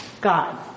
God